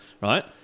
right